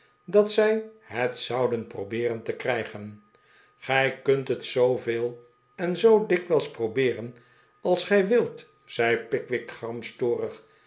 dat zij het zouden probeeren te krijgen gij kunt het zooveel en zoo dikwijls probeeren als gij wilt zei pickwick